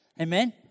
Amen